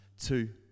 two